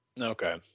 Okay